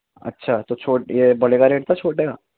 اچھا تو یہ بڑے کا ریٹ تھا چھوٹے کا